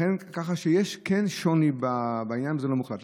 כך שיש שוני בעניין, וזה לא מוחלט.